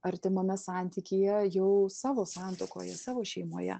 artimame santykyje jau savo santuokoje savo šeimoje